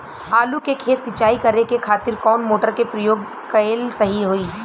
आलू के खेत सिंचाई करे के खातिर कौन मोटर के प्रयोग कएल सही होई?